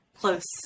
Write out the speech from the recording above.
close